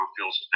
feels